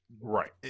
right